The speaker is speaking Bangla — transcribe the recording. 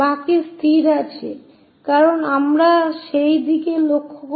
বাকি স্থির আছে কারণ আমরা সেদিকে লক্ষ্য করছি